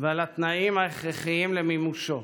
ועל התנאים ההכרחיים למימושו.